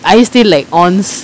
are you still like ons